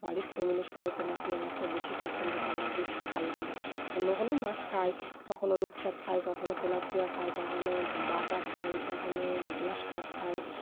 বাড়ির ফ্যামিলির সবাই তেলাপিয়া মাছটা বেশি পছন্দ করে আর বেশি খাই আমরা অন্য কোনও মাছ খাই কখনও রূপচাপ খাই কখনও তেলাপিয়া খাই কখনও বাটা খাই কখনও গ্লাস কাপ খাই